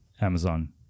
Amazon